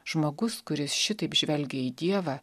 žmogus kuris šitaip žvelgia į dievą